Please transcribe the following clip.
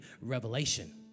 revelation